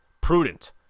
prudent